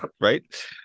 right